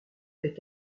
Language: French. faits